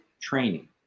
training